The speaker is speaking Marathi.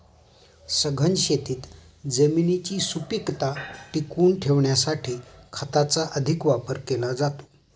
सघन शेतीत जमिनीची सुपीकता टिकवून ठेवण्यासाठी खताचा अधिक वापर केला जातो